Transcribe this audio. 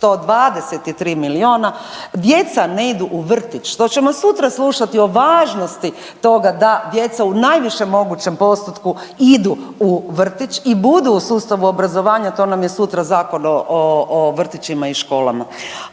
523 milijuna. Djeca ne idu u vrtić, to ćemo sutra slušati o važnosti toga da djeca u najvišem mogućem postotku idu u vrtić i budu u sustavu obrazovanja. To nam je sutra Zakon o vrtićima i školama.